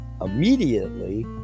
immediately